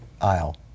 aisle